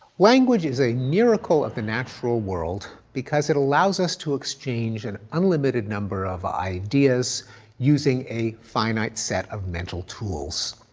language is a miracle of the natural world because it allows us to exchange an and unlimited number of ideas using a finite set of mental tools.